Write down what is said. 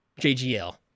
JGL